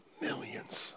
millions